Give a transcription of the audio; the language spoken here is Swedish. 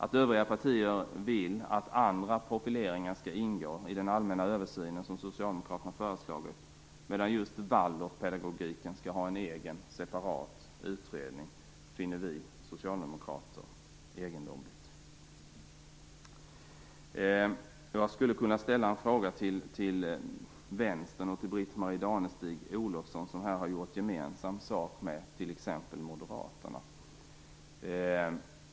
Att övriga partier vill att andra profileringar skall ingå i den allmänna översynen, som Socialdemokraterna föreslagit, medan just Waldorfpedagogiken skall ha en egen separat utredning finner vi socialdemokrater egendomligt. Jag skulle kunna ställa en fråga till Vänstern och Britt-Marie Danestig-Olofsson, som här har gjort gemensam sak med t.ex. Moderaterna.